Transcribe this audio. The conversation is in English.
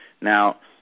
Now